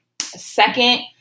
Second